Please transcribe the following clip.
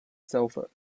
sulfur